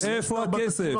הכסף?